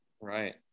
Right